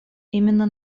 именно